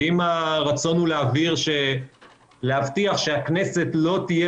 ואם הרצון הוא להבטיח שהכנסת לא תהיה